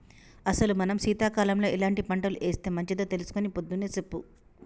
అసలు మనం సీతకాలంలో ఎలాంటి పంటలు ఏస్తే మంచిదో తెలుసుకొని పొద్దున్నే సెప్పు